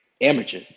amateur